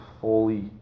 fully